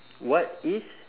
what is